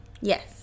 Yes